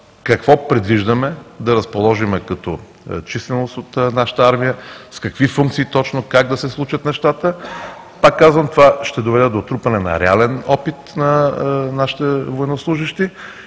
какво предвиждаме да разположим като численост от нашата армия, с какви функции точно, как да се случат нещата. Пак казвам: това ще доведе до трупане на реален опит на нашите военнослужещи